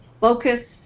Focus